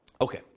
Okay